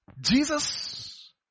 Jesus